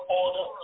order